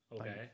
Okay